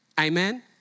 Amen